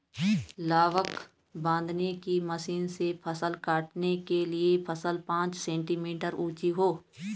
लावक बांधने की मशीन से फसल काटने के लिए फसल पांच सेंटीमीटर ऊंची हो